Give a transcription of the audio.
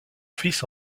fils